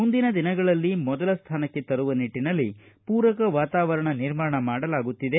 ಮುಂದಿನ ದಿನಗಳಲ್ಲಿ ಮೊದಲ ಸ್ಥಾನಕ್ಕೆ ತರುವ ನಿಟ್ಟನಲ್ಲಿ ಪೂರಕ ವಾತವಾರಣ ನಿರ್ಮಾಣ ಮಾಡಲಾಗುತ್ತಿದೆ